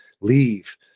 leave